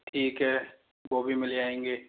ठीक है वो भी मिल आएंगे